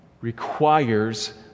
requires